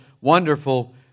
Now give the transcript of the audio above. wonderful